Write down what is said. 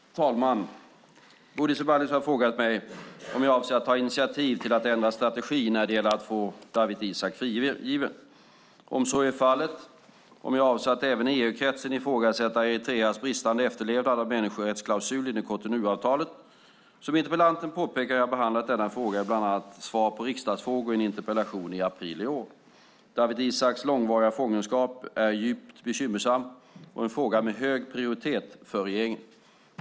Herr talman! Bodil Ceballos har frågat mig 1. om jag avser att ta initiativ till att ändra strategi när det gäller att få Dawit Isaak frigiven, 2. om så är fallet, om jag avser att även i EU-kretsen ifrågasätta Eritreas bristande efterlevnad av människorättsklausulen i Cotonouavtalet. Som interpellanten påpekar har jag behandlat denna fråga bland annat i svar på riksdagsfrågor och i en interpellation i april i år. Dawit Isaaks långvariga fångenskap är djupt bekymmersam och en fråga med hög prioritet för regeringen.